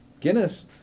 Guinness